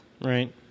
Right